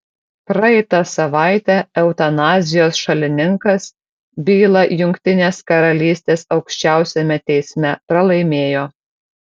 praeitą savaitę eutanazijos šalininkas bylą jungtinės karalystės aukščiausiame teisme pralaimėjo